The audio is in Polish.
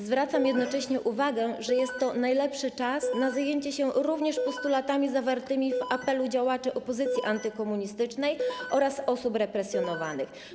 Zwracam jednocześnie uwagę, że jest to najlepszy czas na zajęcie się również postulatami zawartymi w apelu działaczy opozycji antykomunistycznej oraz osób represjonowanych.